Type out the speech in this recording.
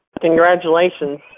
Congratulations